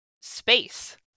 space